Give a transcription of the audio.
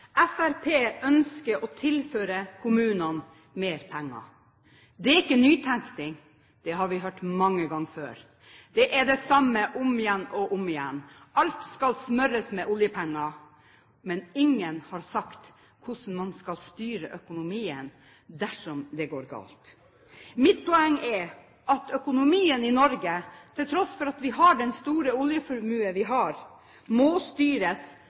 vi hørt mange ganger før. Det er det samme om igjen og om igjen: Alt skal smøres med oljepenger, men ingen har sagt hvordan man skal styre økonomien dersom det går galt. Mitt poeng er at økonomien i Norge, til tross for at vi har den store oljeformuen vi har, må styres,